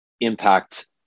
impact